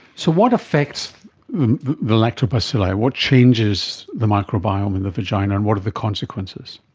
so what affects the lactobacilli, what changes the microbiome in the vagina and what are the consequences?